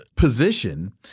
position